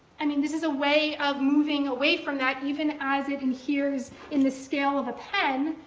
i mean, this is a way of moving away from that, even as it adheres in the scale of a pen,